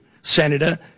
Senator